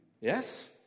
Yes